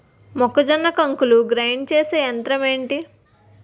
మొక్కజొన్న కంకులు గ్రైండ్ చేసే యంత్రం ఏంటి?